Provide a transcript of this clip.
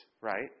right